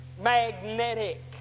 magnetic